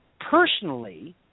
Personally